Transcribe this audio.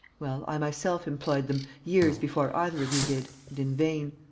well, i myself employed them, years before either of you did, and in vain.